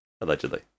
Allegedly